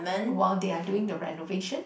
while they are doing the renovation